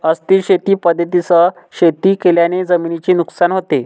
अस्थिर शेती पद्धतींसह शेती केल्याने जमिनीचे नुकसान होते